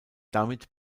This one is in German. damit